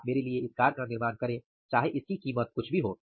आप मेरे लिए इस कार का निर्माण करें चाहे इसकी कीमत कुछ भी हो